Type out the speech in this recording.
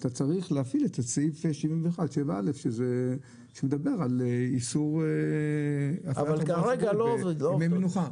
אתה צריך להפעיל את סעיף 71(7א) שמדבר על איסור עבודה בימי מנוחה.